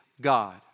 God